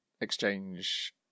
exchange